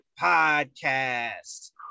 Podcast